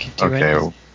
Okay